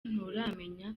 nturamenya